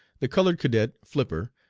the colored cadet, flipper,